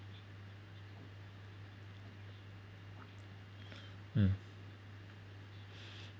mm